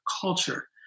culture